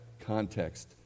context